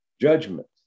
judgment